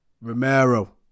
Romero